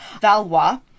Valois